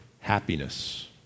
happiness